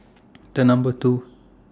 The Number two